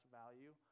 value